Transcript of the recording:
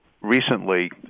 recently